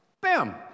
Bam